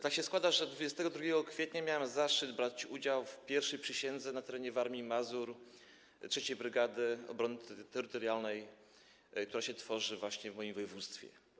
Tak się składa, że 22 kwietnia miałem zaszczyt brać udział w pierwszej przysiędze na terenie Warmii i Mazur 3. brygady obrony terytorialnej, która się tworzy właśnie w moim województwie.